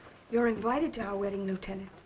you're invited to our wedding, lieutenant.